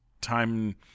time